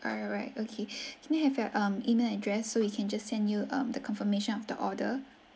alright okay can I have your um email address so we can just send you um the confirmation of the order